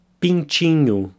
pintinho